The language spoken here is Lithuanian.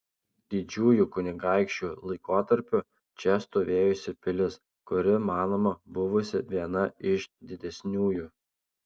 didžiųjų kunigaikščių laikotarpiu čia stovėjusi pilis kuri manoma buvusi viena iš didesniųjų